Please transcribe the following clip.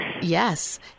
Yes